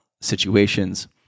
situations